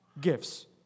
gifts